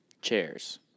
Chairs